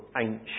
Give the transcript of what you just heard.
ancient